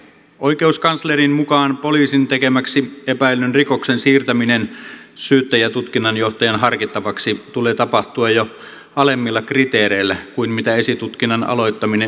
oikeuskanslerin mukaan poliisin tekemäksi epäillyn rikoksen siirtämisen syyttäjätutkinnanjohtajan harkittavaksi tulee tapahtua jo alemmilla kriteereillä kuin mitä esitutkinnan aloittaminen edellyttää